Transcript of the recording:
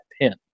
pin